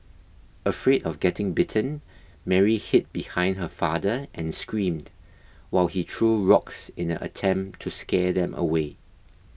afraid of getting bitten Mary hid behind her father and screamed while he threw rocks in a attempt to scare them away